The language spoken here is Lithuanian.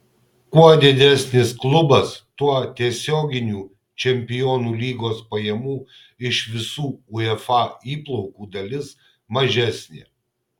kuo didesnis klubas tuo tiesioginių čempionų lygos pajamų iš visų uefa įplaukų dalis mažesnė